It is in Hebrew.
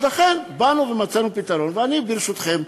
אז לכן באנו ומצאנו פתרון, וברשותכם,